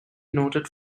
noted